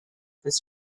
this